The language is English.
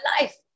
life